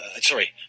sorry